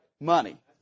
money